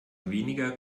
weniger